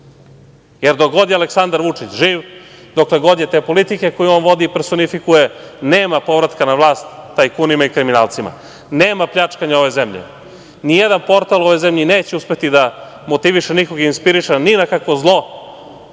Vučića. Dok god je Aleksandar Vučić živ, dokle god je te politike koju on vodi i personifikuje, nema povratka na vlast tajkunima i kriminalcima. Nema pljačkanja ove zemlje. Nijedan portal u ovoj zemlji neće uspeti da motiviše nikog i inspiriše ni na kakvo zlo,